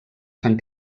sant